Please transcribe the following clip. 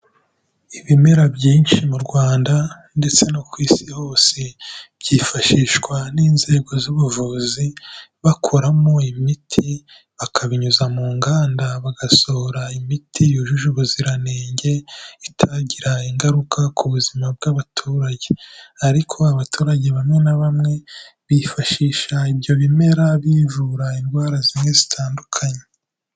Ibimera byinshi mu Rwanda ndetse no ku Isi hose, byifashishwa n'inzego z'ubuvuzi, bakoramo imiti, bakabinyuza mu nganda, bagasohora imiti yujuje ubuziranenge, itagira ingaruka ku buzima bw'abaturage. ariko abaturage bamwe na bamwe, bifashisha ibyo bimera bivura indwara zimwe zitandukanye.